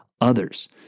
others